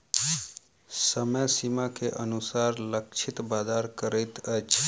समय सीमा के अनुसार लक्षित बाजार करैत अछि